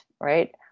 right